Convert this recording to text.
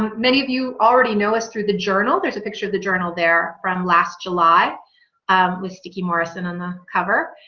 many of you already know us through the journal there's a picture of the journal there from last july um sticky morrison on the cover